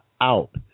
out